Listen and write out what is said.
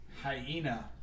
Hyena